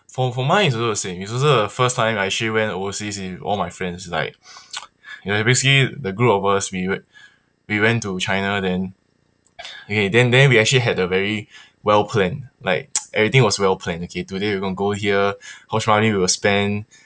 for for mine it's also the same it's also the first time I actually went overseas with all my friends like you know basically the group of us we we~ we went to china then okay then then we actually had a very well planned like everything was well planned okay today we're gonna go here horse riding we will spend